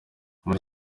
muri